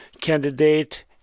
candidate